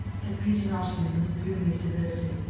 said peter nottingham, with gloomy civility.